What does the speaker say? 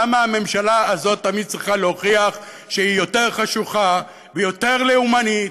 למה הממשלה הזאת תמיד צריכה להוכיח שהיא יותר חשוכה והיא יותר לאומנית,